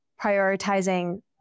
prioritizing